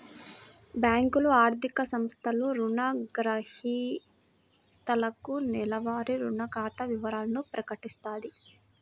బ్యేంకులు, ఆర్థిక సంస్థలు రుణగ్రహీతలకు నెలవారీ రుణ ఖాతా వివరాలను ప్రకటిత్తాయి